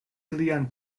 ilian